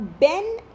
ben